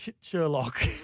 Sherlock